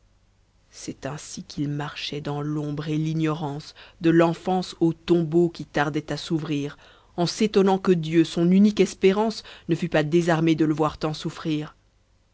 c'est ainsi qu'il marchait dans l'ombre et l'ignorance de l'enfance au tombeau qui tardait à s'ouvrir en s'étonnant que dieu son unique espérance ne fût pas désarmé de le voir tant souffrir